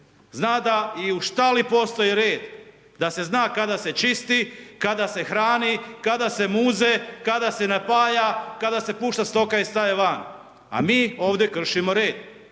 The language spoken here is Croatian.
zna da i u štali postoji red, da se zna kada se čisti, kada se hrani, kada se muze, kada se napaja, kada se pušta stoka iz staje van, a mi ovdje kršimo red.